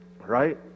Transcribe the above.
Right